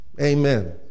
Amen